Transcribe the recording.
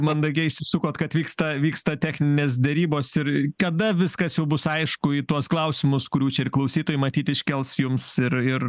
mandagiai išsisukot kad vyksta vyksta techninės derybos ir kada viskas jau bus aišku į tuos klausimus kurių čia ir klausytojai matyt iškels jums ir ir